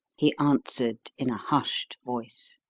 he answered in a hushed voice.